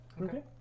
Okay